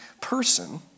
person